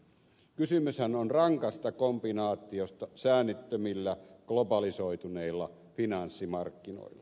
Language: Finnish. kysymyshän on rankasta kombinaatiosta säännöttömillä globalisoituneilla finanssimarkkinoilla